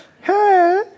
Hey